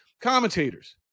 commentators